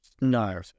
No